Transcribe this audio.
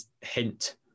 hint